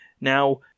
now